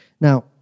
Now